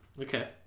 Okay